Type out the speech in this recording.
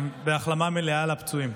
החלמה מלאה לפצועים.